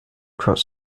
crops